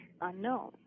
unknown